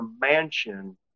mansion